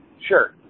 Sure